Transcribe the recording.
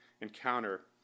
encounter